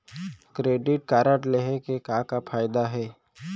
Credit card लेहे के का का फायदा हे?